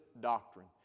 doctrine